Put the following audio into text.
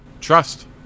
Trust